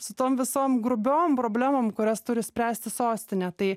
su tom visom grubiom problemom kurias turi spręsti sostinė tai